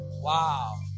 Wow